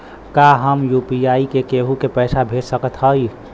का हम यू.पी.आई से केहू के पैसा भेज सकत हई?